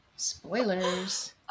Spoilers